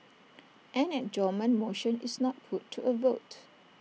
an adjournment motion is not put to A vote